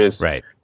Right